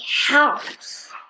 house